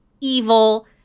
evil